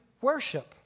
worship